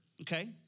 okay